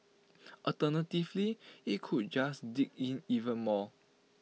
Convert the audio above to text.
alternatively IT could just dig in even more